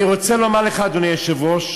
אני רוצה לומר לך, אדוני היושב-ראש,